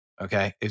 Okay